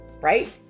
right